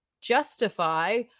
justify